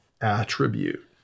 attribute